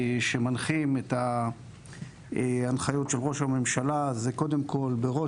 שמנחים את ההנחיות של ראש הממשלה זה קודם כל בראש